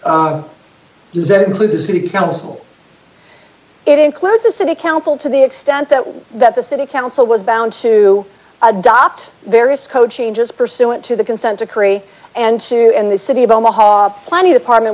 governor does that include the city council it includes the city council to the extent that that the city council was bound to adopt various code changes pursuant to the consent decree and in the city of omaha twenty department